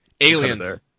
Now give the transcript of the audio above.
Aliens